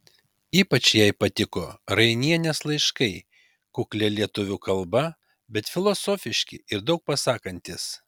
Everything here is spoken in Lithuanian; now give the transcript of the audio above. ypač jai patiko rainienės laiškai kuklia lietuvių kalba bet filosofiški ir daug pasakantys